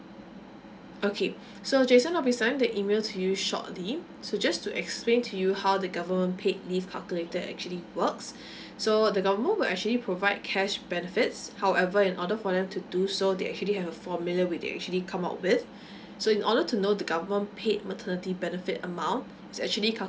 okay so jason I'll be sending the email to you shortly so just to explain to you how the government paid leave calculator actually works so the government will actually provide cash benefits however in order for them to do so they actually have a formula where they actually come out with so in order to know the government paid maternity benefit amount it's actually calculated